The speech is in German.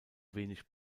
wenig